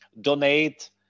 donate